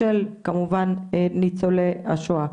של כמובן ניצולי השואה.